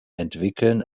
entwickeln